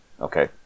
Okay